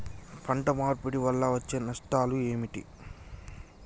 పంట మార్పిడి వల్ల వచ్చే నష్టాలు ఏమిటి?